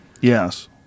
Yes